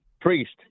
priest